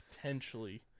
potentially